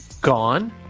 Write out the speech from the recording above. gone